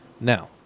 Now